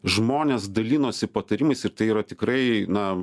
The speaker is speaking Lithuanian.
žmonės dalinosi patarimais ir tai yra tikrai na